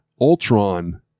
Ultron